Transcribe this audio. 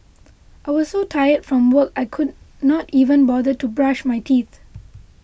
I was so tired from work I could not even bother to brush my teeth